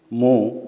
ମୁଁ